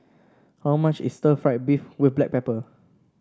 how much is stir fry beef with Black Pepper